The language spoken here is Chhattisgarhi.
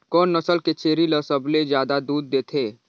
कोन नस्ल के छेरी ल सबले ज्यादा दूध देथे?